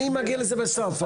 אני מגיע לזה בסוף.